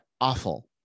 awful